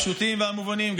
הפשוטים והמובנים.